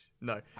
no